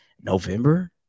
November